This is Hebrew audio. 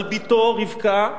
רבקה,